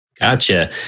Gotcha